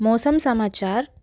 मौसम समाचार